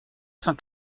cent